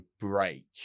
break